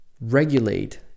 regulate